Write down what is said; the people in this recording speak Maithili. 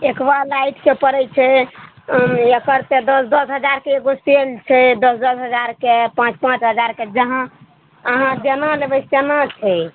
एक्वा लाइटके पड़ै छै एकर तऽ दस दस हजारके एगो सेल छै दस दस हजारके पाँच पाँच हजारके जहाँ अहाँ जेना लेबै तेना छै